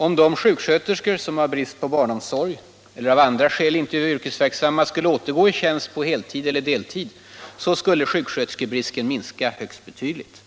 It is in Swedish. Om de sjuksköterskor som av brist på barnomsorg eller av andra skäl inte är yrkesverksamma skulle återgå i tjänst på heltid eller deltid, skulle sjuksköterskebristen minska högst betydligt.